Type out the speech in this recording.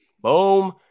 Boom